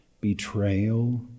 betrayal